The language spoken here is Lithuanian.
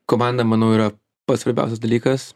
komanda manau yra pats svarbiausias dalykas